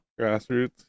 Grassroots